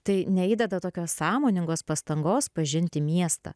tai neįdeda tokios sąmoningos pastangos pažinti miestą